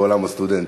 בעולם הסטודנטים.